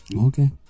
Okay